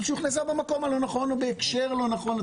אבל הוכנסה במקום הלא נכון ובהקשר לא נכון.